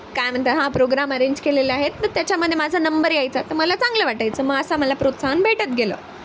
काय म्हणता हा प्रोग्राम अरेंज केलेले आहेत तर त्याच्यामध्ये माझा नंबर यायचा तर मला चांगलं वाटायचं मग असं मला प्रोत्साहन भेटत गेलं